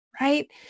right